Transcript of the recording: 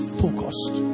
focused